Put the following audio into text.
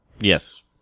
Yes